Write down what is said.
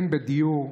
הן בדיור,